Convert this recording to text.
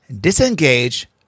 disengage